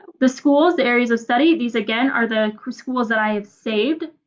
the schools the areas of study, these again are the schools that i have saved.